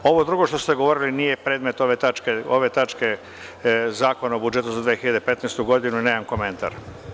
Ovo drugo što ste govorili nije predmet ove tačke Zakona o budžetu za 2015. godinu i nemam komentar.